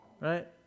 Right